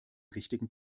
richtigen